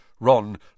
Ron